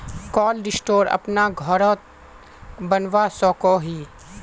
Cold store अपना घोरोत बनवा सकोहो ही?